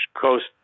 Coast